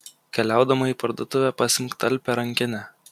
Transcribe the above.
keliaudama į parduotuvę pasiimk talpią rankinę